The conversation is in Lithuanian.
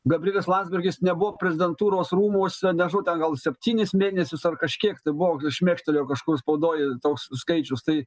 gabrielius landsbergis nebuvo prezidentūros rūmuose nežinau ten gal septynis mėnesius ar kažkiek tai buvo šmėkštelėjo kažkur spaudoj toks skaičius tai